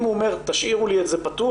אם הוא אומר: תשאירו לי את זה פתוח